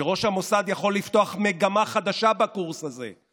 שראש המוסד יכול לפתוח מגמה חדשה בקורס הזה,